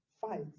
fight